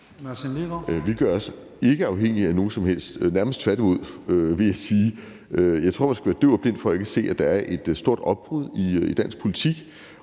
Vi gør os ikke afhængige af nogen som helst – nærmest tværtimod, vil jeg sige. Jeg tror, at man skal være døv og blind for ikke at se, at der er et stort opbrud i dansk politik,